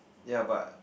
ya but